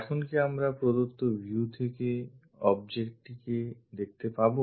এখন কি আমরা প্রদত্ত view থেকে objectটিকে দেখতে পাবো